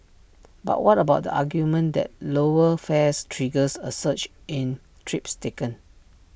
but what about the argument that lower fares triggers A surge in trips taken